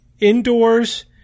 indoors